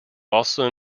also